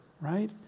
right